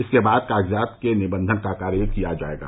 इसके बाद कागजात के निबंधन का कार्य किया जायेगा